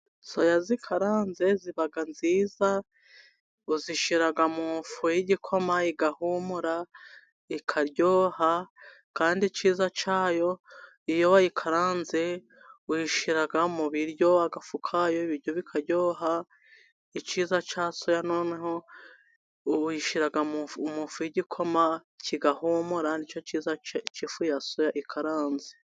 Soya zikaranze ziba nziza uzishira mu ifu y' igikoma igahumura, ikaryoha kandi icyiza cyayo iyo wayikaranze uyishira mu biryo agafu kayo bikaryoha icyiza cyayo, soya noneho uyishyira mu ifu y' igikoma kigahumura nicyo cyiza c' ifu ya soya ikaranze.